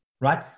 right